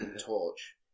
torch